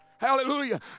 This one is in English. hallelujah